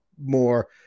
more